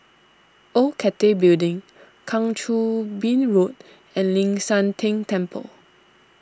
Old Cathay Building Kang Choo Bin Road and Ling San Teng Temple